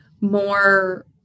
more